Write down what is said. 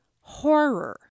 Horror